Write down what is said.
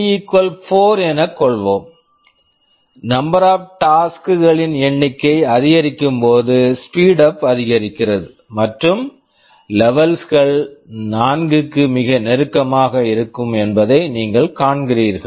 K 4 என கொள்வோம் number of task number of taks களின் எண்ணிக்கை அதிகரிக்கும்போது ஸ்பீடுஅப் speedup அதிகரிக்கிறது மற்றும் லெவெல்ஸ் levels கள் 4 க்கு மிக நெருக்கமாக இருக்கும் என்பதை நீங்கள் காண்கிறீர்கள்